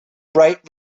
bright